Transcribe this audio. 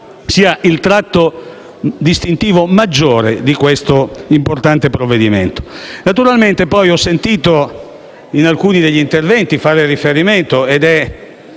sia il tratto distintivo maggiore di questo importante provvedimento. Ho sentito in alcuni interventi fare riferimento - ed è